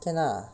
can lah